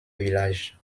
villages